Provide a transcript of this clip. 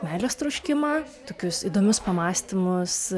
meilės troškimą tokius įdomius pamąstymus